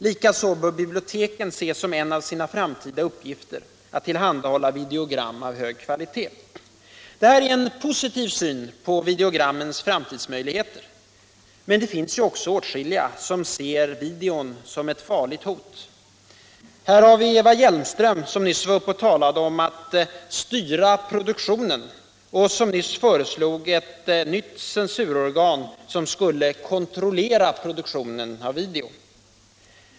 Likaså bör biblioteken se som en av sina uppgifter att tillhandahålla videogram av hög kvalitet. Detta är en positiv syn på videogrammens framtidsmöjligheter. Men det finns ju också åtskilliga som ser videon som ett farligt hot. Eva Hjelmström talade nyss om att styra produktionen och föreslog ett nytt censurorgan, som skulle kontrollera produktionen av video.